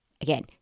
Again